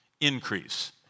increase